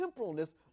temporalness